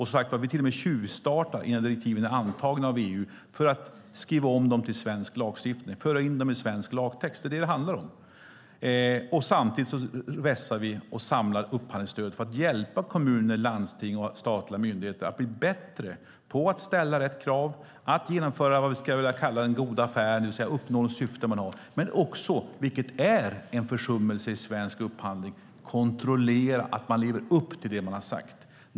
Som sagt tjuvstartar vi till och med innan direktiven är antagna av EU med att föra in dem i svensk lagtext. Samtidigt vässar vi och samlar upphandlingsstöd för att hjälpa kommuner, landsting och statliga myndigheter att bli bättre på att ställa rätt krav och genomföra vad jag skulle vilja kalla den goda affären, det vill säga uppnå de syften man har, men också, vilket är en försummelse i svensk upphandling, att kontrollera att man lever upp till det man har sagt.